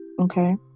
okay